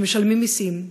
שמשלמים מסים,